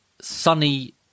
sunny